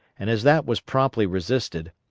and as that was promptly resisted,